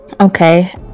Okay